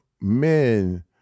men